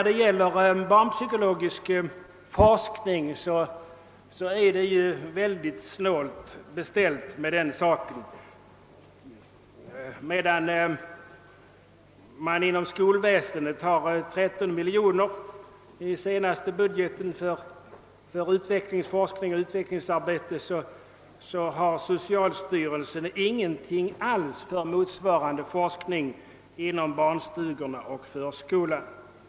Det är mycket dåligt beställt med den barnpsykologiska forskningen. Medan man inom skolväsendet har 13 miljoner kronor i innevarande års budget för utvecklingsforskning och utvecklingsarbete, har socialstyrelsen ingenting alls för motsvarande forskning inom barnstugorna och förskolan.